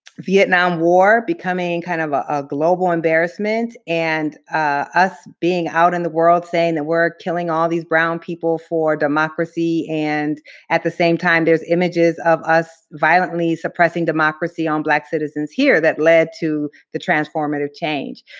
vietnam war becoming and kind of ah a global embarrassment and us being out in the world saying that we're killing all these brown people for democracy, and at the same time, there's images of us violently suppressing democracy on black citizens here that led to the transformative change.